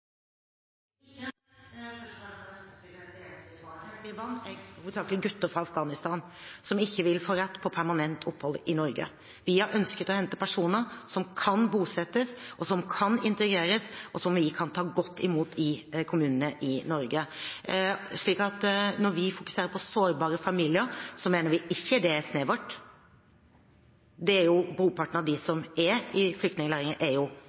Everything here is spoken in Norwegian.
Enslige barn er hovedsakelig gutter fra Afghanistan som ikke vil få rett til permanent opphold i Norge. Vi har ønsket å hente personer som kan bosettes, som kan integreres, og som vi kan ta godt imot i kommunene i Norge. Så når vi fokuserer på sårbare familier, mener vi ikke det er snevert; brorparten av dem som er i flyktningleirer, er jo sårbare familier. Det er